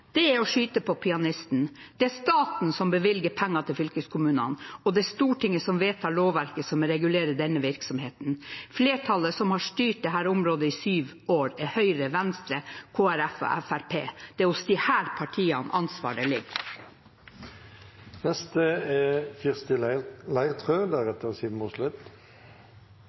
Det er å skyte på pianisten. Det er staten som bevilger penger til fylkeskommunene, og det er Stortinget som vedtar lovverket som regulerer denne virksomheten. Flertallet som har styrt dette området i syv år, er Høyre, Venstre, Kristelig Folkeparti og Fremskrittspartiet. Det er hos disse partiene ansvaret ligger. Det er